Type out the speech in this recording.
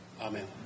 Amen